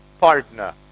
partner